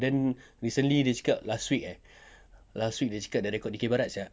ah then recently dia cakap last week eh last week dia cakap dia record dikir barat